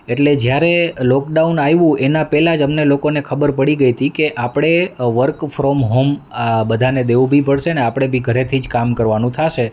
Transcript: એટલે જ્યારે લોકડાઉન આવ્યું એના પહેલાં જ અમને લોકોને ખબર પડી ગઈ તી કે આપણે વર્ક ફ્રોમ હોમ આ બધાને દેવું બી પડશે ને આપણે બી ઘરેથી જ કામ કરવાનું થશે